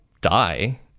die